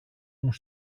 μου